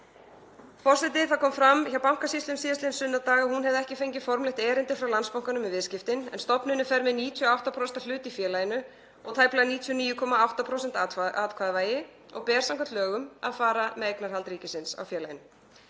forseti. Það kom fram hjá Bankasýslunni síðastliðinn sunnudag að hún hefði ekki fengið formlegt erindi frá Landsbankanum um viðskiptin en stofnunin fer með 98% hlut í félaginu og tæplega 99,8% atkvæðavægi og ber samkvæmt lögum að fara með eignarhald ríkisins á félaginu.